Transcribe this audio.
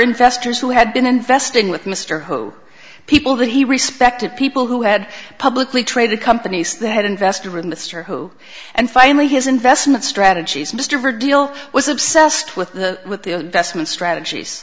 investors who had been investing with mr ho people that he respected people who had publicly traded companies that had invested with mr hu and finally his investment strategies mr deal was obsessed with the with the investment strategies